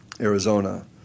Arizona